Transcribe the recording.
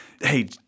hey